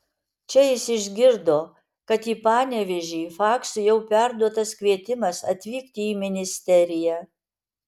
čia jis išgirdo kad į panevėžį faksu jau perduotas kvietimas atvykti į ministeriją